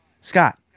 scott